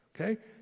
okay